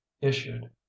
issued